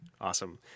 Awesome